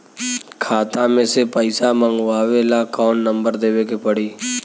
खाता मे से पईसा मँगवावे ला कौन नंबर देवे के पड़ी?